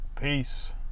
Peace